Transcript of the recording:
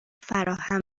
فراهم